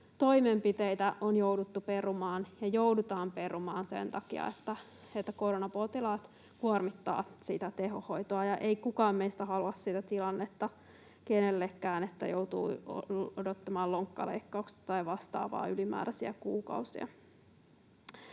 toimenpiteitä on jouduttu perumaan ja joudutaan perumaan sen takia, että koronapotilaat kuormittavat tehohoitoa, eikä kukaan meistä halua sitä tilannetta kenellekään, että joutuu odottamaan lonkkaleikkausta tai vastaavaa ylimääräisiä kuukausia.